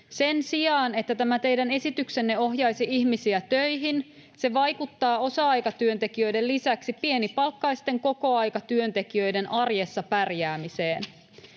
Sen sijaan, että tämä teidän esityksenne ohjaisi ihmisiä töihin, se vaikuttaa osa-aikatyöntekijöiden lisäksi pienipalkkaisten kokoaikatyöntekijöiden arjessa pärjäämiseen.